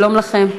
שלום לכם.